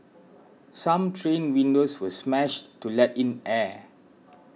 some train windows were smashed to let in air